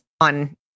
on